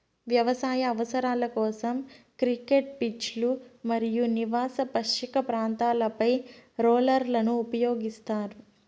వ్యవసాయ అవసరాల కోసం, క్రికెట్ పిచ్లు మరియు నివాస పచ్చిక ప్రాంతాలపై రోలర్లను ఉపయోగిస్తారు